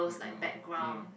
the girl mm